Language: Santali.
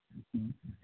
ᱦᱩᱸ